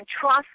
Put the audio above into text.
trust